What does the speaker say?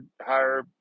higher